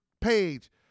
page